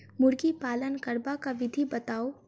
मुर्गी पालन करबाक विधि बताऊ?